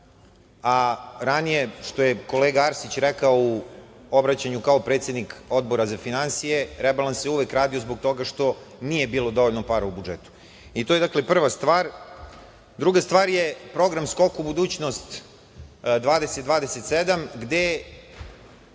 a ranije, što je kolega Arsić rekao u obraćanju kao predsednik Odbora za finansije, rebalans se uvek radio zbog toga što nije bilo dovoljno para u budžetu. To je, dakle, prva stvar. Druga stvar je program „Skok u budućnost – 2027“, gde